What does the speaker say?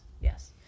yes